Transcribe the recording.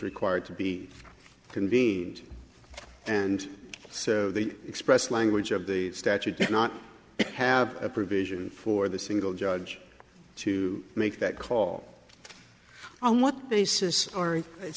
required to be convened and so the express language of the statute did not have a provision for the single judge to make that call on what basis are i